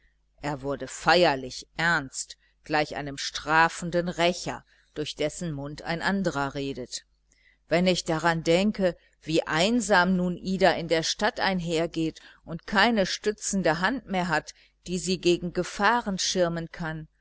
er wurde feierlich ernst gleich einem strafenden rächer durch dessen mund ein andrer redet wenn ich daran denke wie einsam nun ida in der stadt einhergeht und keine stützende hand mehr hat die sie gegen gefahren schirmen kann